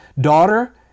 daughter